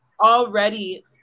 already